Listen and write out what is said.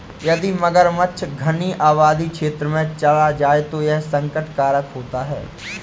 यदि मगरमच्छ घनी आबादी क्षेत्र में चला जाए तो यह संकट कारक होता है